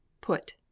Put